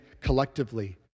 collectively